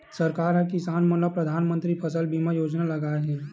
सरकार ह किसान मन बर परधानमंतरी फसल बीमा योजना लाए हे